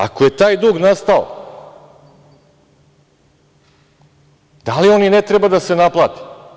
Ako je taj dug nastao da li on i ne treba da se naplati?